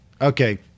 Okay